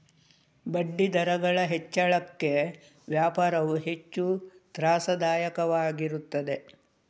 ಬಡ್ಡಿದರಗಳ ಹೆಚ್ಚಳಕ್ಕೆ ವ್ಯಾಪಾರವು ಹೆಚ್ಚು ತ್ರಾಸದಾಯಕವಾಗಿರುತ್ತದೆ